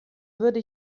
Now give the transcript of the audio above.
würde